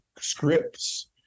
scripts